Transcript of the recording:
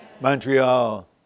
Montreal